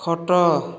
ଖଟ